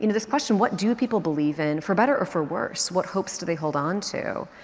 you know this question, what do people believe in, for better or for worse, what hopes do they hold on to?